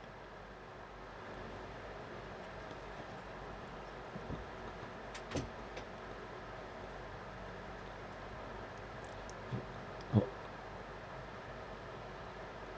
oh